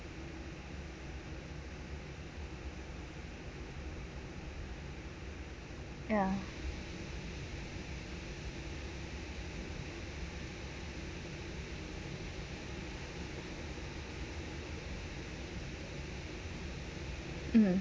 ya mm